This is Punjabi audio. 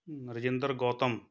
ਰਜਿੰਦਰ ਗੌਤਮ